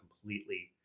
completely